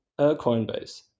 Coinbase